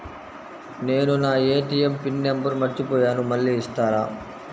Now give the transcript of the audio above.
నేను నా ATM PIN number మర్చిపోయాను మళ్ళీ ఇస్తారా?